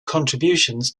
contributions